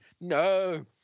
No